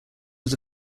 was